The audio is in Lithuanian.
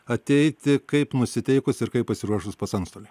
ateiti kaip nusiteikus ir kaip pasiruošus pas antstolę